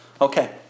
Okay